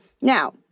Now